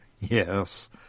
Yes